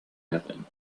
happen